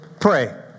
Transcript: Pray